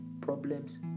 Problems